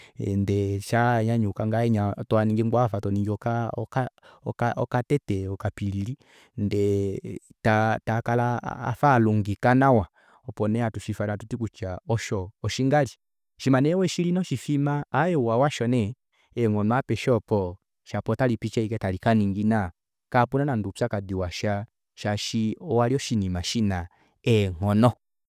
Ndee shaa anyanyauka ngahenya twaaningi ngoo afa okatete okapilili ndee takala afa alungika nawa osho nee hatu shuufana kutya osho oshingali shima nee weshili noshifima aaye ouwa washo nee eenghono apeshe oopo shapo otalipiti ashike talikaningina kapena nande oupyakadi washa shaashi owalya oshinima shina eenghono